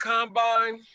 Combine